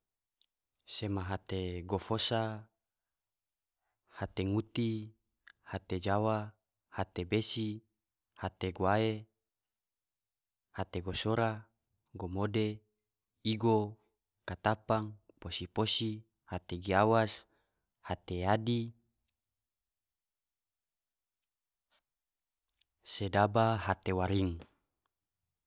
Sema hate gofosa, hate nguti, hate jawa, hate besi, hate guwae, hate gosora, gomode, igo, katapang, posi posi, hate giawas, hate yadi, sedaba hate waring.